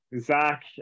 Zach